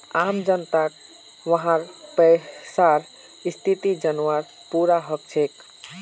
आम जनताक वहार पैसार स्थिति जनवार पूरा हक छेक